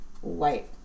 white